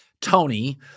Tony